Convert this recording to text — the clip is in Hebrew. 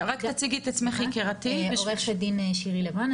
אני עו"ד שירי לב-רן,